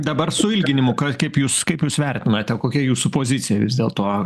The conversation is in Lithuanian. dabar su ilginimu kaip jūs kaip jūs vertinate kokia jūsų pozicija vis dėlto